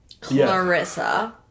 Clarissa